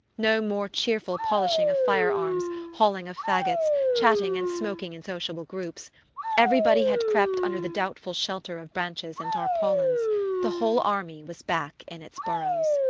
no more cheerful polishing of fire-arms, hauling of faggots, chatting and smoking in sociable groups everybody had crept under the doubtful shelter of branches and tarpaulins the whole army was back in its burrows.